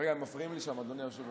רגע, הם מפריעים לי שם, אדוני היושב-ראש.